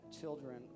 children